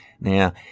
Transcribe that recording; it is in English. Now